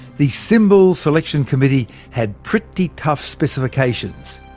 the symbol selection committee had pretty tough specifications.